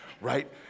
right